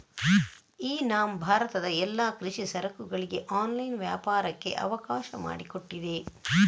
E NAM ಭಾರತದ ಎಲ್ಲಾ ಕೃಷಿ ಸರಕುಗಳಿಗೆ ಆನ್ಲೈನ್ ವ್ಯಾಪಾರಕ್ಕೆ ಅವಕಾಶ ಮಾಡಿಕೊಟ್ಟಿದೆ